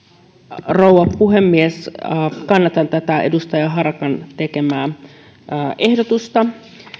arvoisa rouva puhemies kannatan tätä edustaja harakan tekemää ehdotusta